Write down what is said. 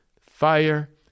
fire